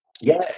Yes